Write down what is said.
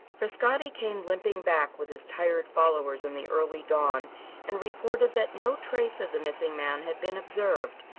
frascatti came limping back with his tired followers in the early dawn and reported that no trace of the missing man had been observed.